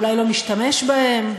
אולי לא משתמש בהם,